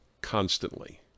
constantly